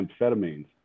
amphetamines